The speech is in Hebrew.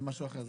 משהו אחר.